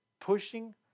pushing